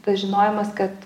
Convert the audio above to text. tas žinojimas kad